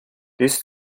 this